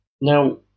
Now